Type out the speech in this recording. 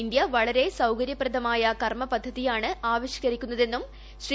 India വളരെ സൌകര്യപ്രദമായ കർമ്മ പദ്ധതിയാണ് ആവിഷ്കരിക്കുന്നതെന്ന് ശ്രീ